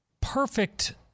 perfect